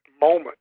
moment